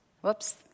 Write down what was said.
Whoops